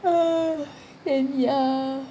then ya